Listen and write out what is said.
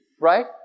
Right